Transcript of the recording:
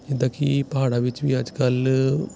ਜਿੱਦਾਂ ਕਿ ਪਹਾੜਾਂ ਵਿੱਚ ਵੀ ਅੱਜ ਕੱਲ੍ਹ